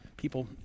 People